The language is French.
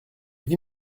vit